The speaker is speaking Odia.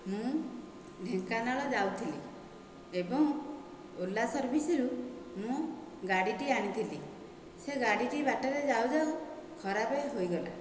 ମୁଁ ଢେଙ୍କାନାଳ ଯାଉଥିଲି ଏବଂ ଓଲା ସର୍ଭିସରୁ ମୁଁ ଗାଡ଼ିଟିଏ ଆଣିଥିଲି ସେ ଗାଡ଼ିଟି ବାଟରେ ଯାଉ ଯାଉ ଖରାପ ହୋଇଗଲା